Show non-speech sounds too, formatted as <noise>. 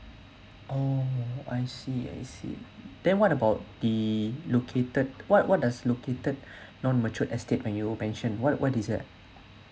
oh I see I see then what about the located what what does located <breath> non mature estate when you mentioned what what is that ah